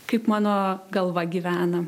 kaip mano galva gyvena